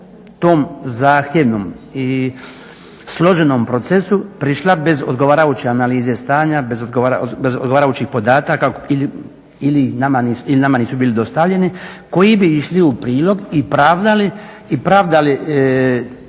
tom zahtjevnom i složenom procesu prišla bez odgovarajuće analize stanja, bez odgovarajućih podataka ili nama nisu bili dostavljeni, koji bi išli u prilog i pravdali